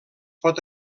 pot